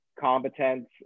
competence